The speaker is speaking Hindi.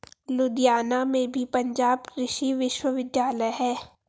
लुधियाना में भी पंजाब कृषि विश्वविद्यालय है